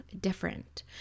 different